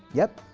yep,